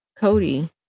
Cody